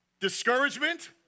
Discouragement